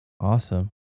Awesome